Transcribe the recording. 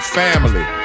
family